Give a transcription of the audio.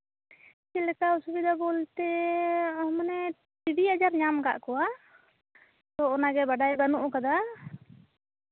ᱪᱮᱫ ᱞᱮᱠᱟ ᱚᱥᱩᱵᱤᱫᱷᱟ ᱵᱚᱞᱛᱮ ᱢᱟᱱᱮ ᱴᱤᱵᱤ ᱟᱡᱟᱨ ᱧᱟᱢ ᱠᱟᱜ ᱠᱚᱣᱟ ᱛᱚ ᱚᱱᱟᱜᱮ ᱵᱟᱰᱟᱭ ᱵᱟᱹᱱᱩᱜ ᱠᱟᱫᱟ